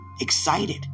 Excited